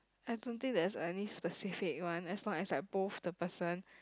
I don't think there's any specific one as long as like both the person